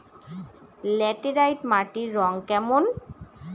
Laterite মাটির রং কেমন?